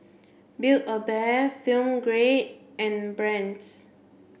build a Bear Film Grade and Brand's